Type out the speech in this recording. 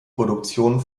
produktion